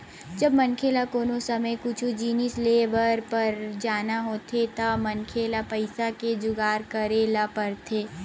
जब मनखे ल कोनो समे कुछु जिनिस लेय बर पर जाना होथे त मनखे ल पइसा के जुगाड़ करे ल परथे